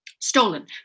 stolen